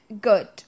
good